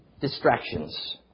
Distractions